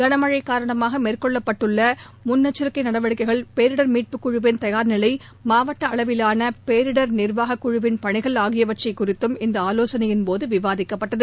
களமழை காரணமாக மேற்கொள்ளப்பட்டுள்ள முன்னெச்சிக்கை நடவடிக்கைகள் பேரிடர் மீட்புக் குழுவின் தயார்நிலை மாவட்ட அளவிலான பேரிடர் நிர்வாகக் குழுவின் பணிகள் ஆகியவை குறித்தும் இந்த ஆலோசனையின் போது விவாதிக்கப்பட்டது